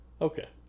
Okay